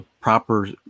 proper